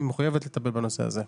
היא מחויבת לטפל בנושא הזה.